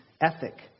ethic